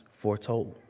foretold